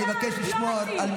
ואללה, לא מתאים.